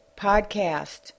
podcast